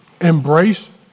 embrace